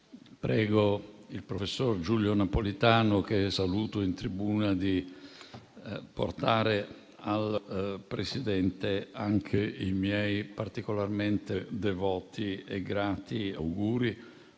prego il professor Giulio Napolitano, presente in tribuna e che saluto, di portare al Presidente anche i miei particolarmente devoti e grati auguri